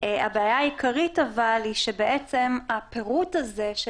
אבל הבעיה העיקרית היא שהפירוט הזה של